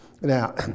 Now